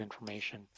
information